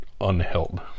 unheld